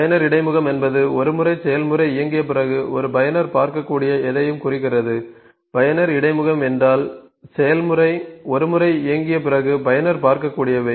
பயனர் இடைமுகம் என்பது ஒரு முறை செயல்முறை இயங்கிய பிறகு ஒரு பயனர் பார்க்கக்கூடிய எதையும் குறிக்கிறது பயனர் இடைமுகம் என்றால் செயல்முறை ஒரு முறை இயங்கிய பிறகு பயனர் பார்க்கக்கூடியவை